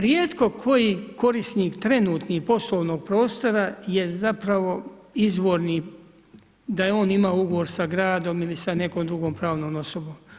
Rijetko koji korisnik trenutni poslovnog prostora je zapravo izvorni, da je on imao ugovor sa gradom ili sa nekom drugom pravnom osobnom.